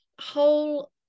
whole